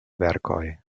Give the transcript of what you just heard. verkoj